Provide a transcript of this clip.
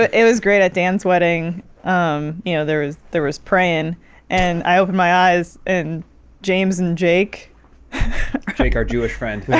it was great at dance wedding you know there was there was praying and i opened my eyes and james and jake i think our jewish friend. yeah,